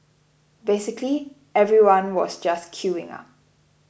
basically everyone was just queuing up